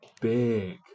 big